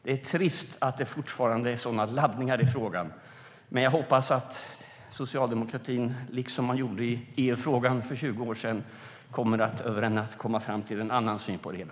Det är trist att det fortfarande är sådana laddningar i frågan, men jag hoppas att socialdemokratin, liksom man gjorde i EU-frågan för 20 år sedan, över en natt kommer att komma fram till en annan syn på det hela.